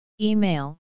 Email